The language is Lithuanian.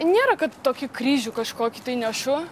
nėra kad tokį kryžių kažkokį tai nešu